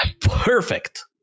perfect